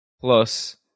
Plus